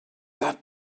that